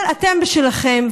אבל אתם בשלכם.